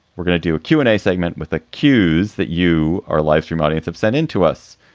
we're going to do a q and a segment with the cues that you are lifestream audience have sent into us.